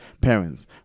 parents